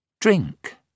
Drink